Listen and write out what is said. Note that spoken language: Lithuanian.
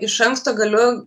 iš anksto galiu